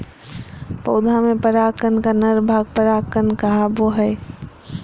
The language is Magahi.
पौधा में पराग कण का नर भाग परागकण कहावो हइ